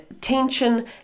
tension